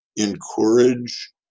encourage